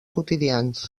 quotidians